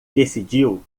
decidiu